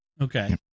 Okay